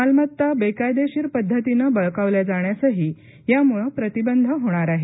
मालमत्ता बेकायदेशीर पद्धतीनं बळकावल्या जाण्यासही यामुळे प्रतिबंध होणार आहे